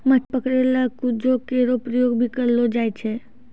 मछली पकरै ल क्रूजो केरो प्रयोग भी करलो जाय छै